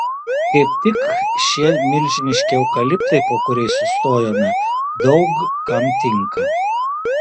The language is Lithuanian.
kaip tik šie milžiniški eukaliptai po kuriais sustojome daug kam tinka